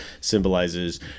symbolizes